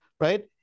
right